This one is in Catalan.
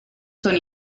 són